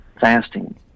fasting